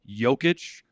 Jokic